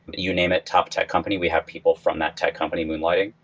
you name it, top tech company. we have people from that tech company moonlighting.